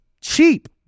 Cheap